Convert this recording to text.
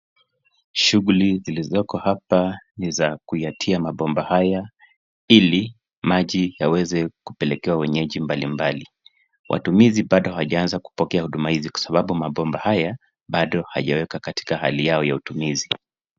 Shughuli zilizoko hapa ni za kuyatia mabomba haya ili maji yaweze kupelekewa wenyeji mbalimbali. Watumizi bado hawajaqnza kupokea huduma hizi kwa sababu mabomba haya bado hayajawekwa katika hali yao ya utumizi.